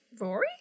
Rory